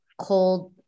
cold